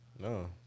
No